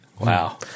Wow